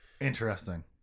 interesting